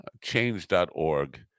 change.org